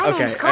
Okay